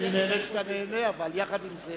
אני נהנה שאתה נהנה, אבל יחד עם זה,